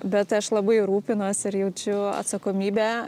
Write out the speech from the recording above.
bet aš labai rūpinuosi ir jaučiu atsakomybę